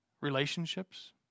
Relationships